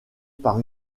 par